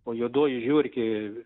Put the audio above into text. o juodoji žiurkė